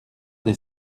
des